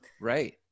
Right